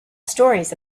stories